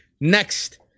Next